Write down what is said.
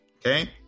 Okay